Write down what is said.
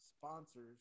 sponsors